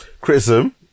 criticism